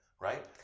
Right